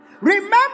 Remember